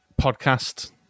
podcast